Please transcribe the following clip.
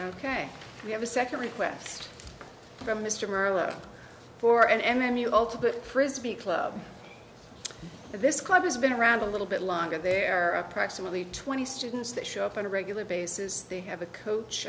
ok we have a second request from mr murray for an m m u ultimate frisbee club this club has been around a little bit longer there are approximately twenty students that show up on a regular basis they have a coach